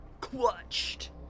clutched